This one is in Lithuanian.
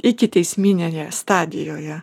ikiteisminėje stadijoje